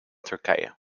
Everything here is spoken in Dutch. turkije